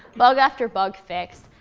bug after bug fixed,